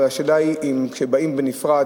אבל השאלה היא אם כשהם באים בנפרד,